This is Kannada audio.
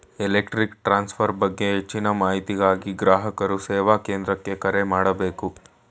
ಎಲೆಕ್ಟ್ರಿಕ್ ಟ್ರಾನ್ಸ್ಫರ್ ಬಗ್ಗೆ ಹೆಚ್ಚಿನ ಮಾಹಿತಿಗಾಗಿ ಗ್ರಾಹಕರ ಸೇವಾ ಕೇಂದ್ರಕ್ಕೆ ಕರೆ ಮಾಡಬೇಕು